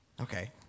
Okay